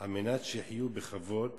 על מנת שיחיו בכבוד